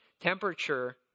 temperature